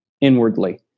inwardly